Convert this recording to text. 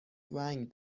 ونگ